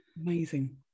Amazing